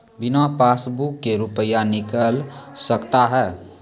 बिना पासबुक का रुपये निकल सकता हैं?